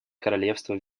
королевство